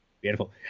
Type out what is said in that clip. Beautiful